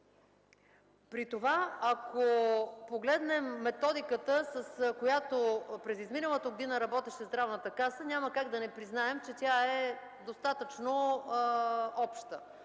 дейности. Ако погледнем методиката, по която през изминалата година работеше Здравната каса, няма как да не признаем, че тя е достатъчно обща